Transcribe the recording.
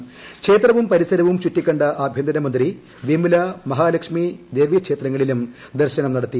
ക്ര്ഷേത്രവും പരിസരവും ചുറ്റിക്കണ്ട് ആഭ്യന്തര മന്ത്രി വിമ്ല മഹാലക്ഷ്മി ദേവീക്ഷേത്രങ്ങളിലും ദർശനം നടത്തി